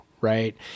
Right